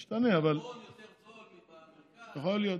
יכול להיות.